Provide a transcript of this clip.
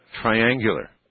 Triangular